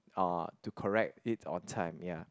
ah to correct it on time ya